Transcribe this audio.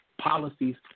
policies